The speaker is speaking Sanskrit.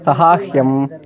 सहायम्